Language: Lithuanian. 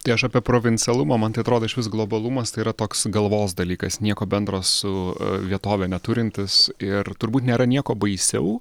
tai aš apie provincialumą man atrodo išvis globalumas yra toks galvos dalykas nieko bendro su vietove neturintis ir turbūt nėra nieko baisiau